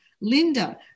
Linda